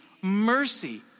mercy